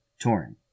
touring